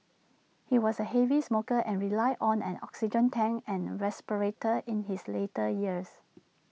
he was A heavy smoker and relied on an oxygen tank and respirator in his later years